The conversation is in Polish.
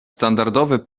standardowe